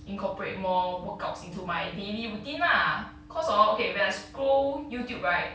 incorporate more workouts into my daily routine lah cause hor okay when I scroll youtube right